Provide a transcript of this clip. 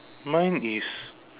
mine is